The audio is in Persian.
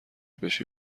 بشی